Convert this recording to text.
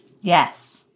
Yes